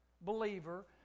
believer